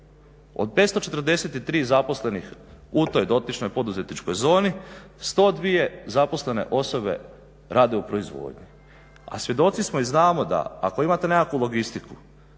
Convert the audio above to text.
Od 543 zaposlenih u toj dotičnoj poduzetničkoj zoni 102 zaposlene osobe rade u proizvodnji. A svjedoci smo i znamo da ako imate nekakvu logistiku